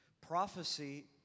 Prophecy